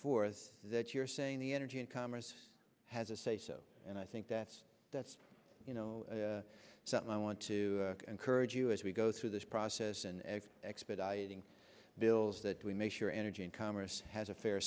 forth that you're saying the energy and commerce has a say so and i think that that's you know something i want to encourage you as we go through this process and expediting bills that we make sure energy and commerce has a fair